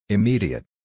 Immediate